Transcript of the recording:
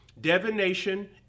divination